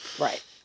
right